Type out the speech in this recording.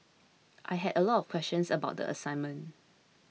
I had a lot of questions about the assignment